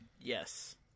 Yes